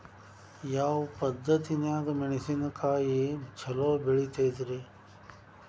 ಯಾವ ಪದ್ಧತಿನ್ಯಾಗ ಮೆಣಿಸಿನಕಾಯಿ ಛಲೋ ಬೆಳಿತೈತ್ರೇ?